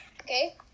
okay